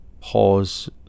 pause